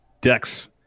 decks